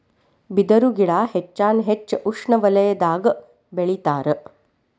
ಬಿದರು ಗಿಡಾ ಹೆಚ್ಚಾನ ಹೆಚ್ಚ ಉಷ್ಣವಲಯದಾಗ ಬೆಳಿತಾರ